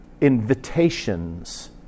invitations